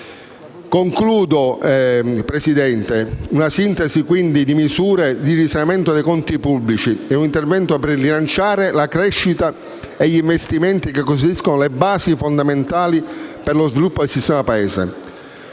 contiene una sintesi di misure di risanamento dei conti pubblici e di interventi per rilanciare la crescita e gli investimenti che costituiscono le basi fondamentali per lo sviluppo del sistema Paese.